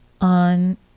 on